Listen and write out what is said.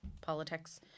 politics